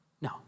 No